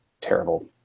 terrible